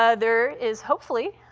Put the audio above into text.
ah there is hopefully